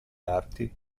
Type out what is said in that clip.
arti